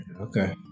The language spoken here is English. Okay